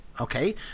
Okay